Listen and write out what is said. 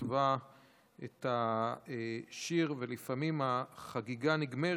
כתבה את השיר: ולפעמים החגיגה נגמרת.